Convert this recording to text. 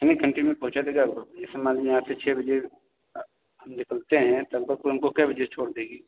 कितने घण्टे में पहुँचा देगा आपको जैसे मान लीजिए यहाँ से छः बजे हम निकलते हैं लगभग वो हमको कै बजे छोड़ देगी